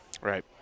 Right